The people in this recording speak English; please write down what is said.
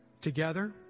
together